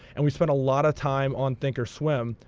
and we spent a lot of time on thinkorswim,